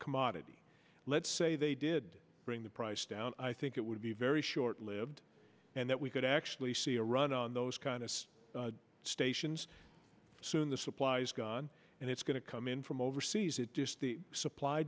commodity let's say they did bring the price down i think it would be very short lived and that we could actually see a run on those kind of stations soon the supplies gone and it's going to come in from overseas it just the supply